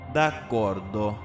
D'accordo